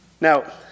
Now